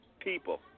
people